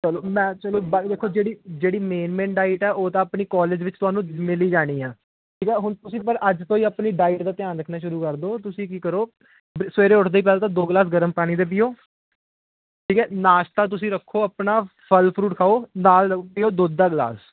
ਚਲੋ ਮੈਂ ਚਲੋ ਬਾਈ ਦੇਖੋ ਜਿਹੜੀ ਜਿਹੜੀ ਮੇਨ ਮੇਨ ਡਾਇਟ ਆ ਉਹ ਤਾਂ ਆਪਣੀ ਕਾਲਜ ਵਿੱਚ ਤੁਹਾਨੂੰ ਮਿਲ ਹੀ ਜਾਣੀ ਆ ਠੀਕ ਆ ਹੁਣ ਤੁਸੀਂ ਫਿਰ ਅੱਜ ਤੋਂ ਹੀ ਆਪਣੀ ਡਾਇਟ ਦਾ ਧਿਆਨ ਰੱਖਣਾ ਸ਼ੁਰੂ ਕਰ ਦਿਓ ਤੁਸੀਂ ਕੀ ਕਰੋ ਸਵੇਰੇ ਉੱਠਦੇ ਪਹਿਲਾ ਤਾਂ ਦੋ ਗਲਾਸ ਗਰਮ ਪਾਣੀ ਦੇ ਪੀਓ ਠੀਕ ਹੈ ਨਾਸ਼ਤਾ ਤੁਸੀਂ ਰੱਖੋ ਆਪਣਾ ਫਲ ਫਰੂਟ ਖਾਓ ਨਾਲ ਪਿਓ ਦੁੱਧ ਦਾ ਗਿਲਾਸ